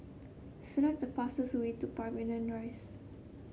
select the fastest way to Pavilion Rise